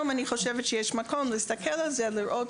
אני חושבת שהיום יש מקום להסתכל על זה ולראות